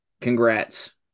Congrats